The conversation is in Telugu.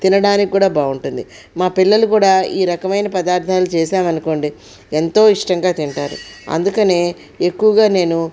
తినడానికి కూడా బాగుంటుంది మా పిల్లలు కూడా ఈ రకమైన పదార్థాలు చేశామనుకోండి ఎంతో ఇష్టంగా తింటారు అందుకనే ఎక్కువగా నేను